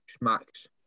Max